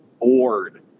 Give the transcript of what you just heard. bored